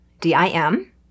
D-I-M